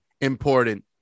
important